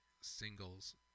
singles